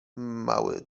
mały